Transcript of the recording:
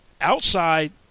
outside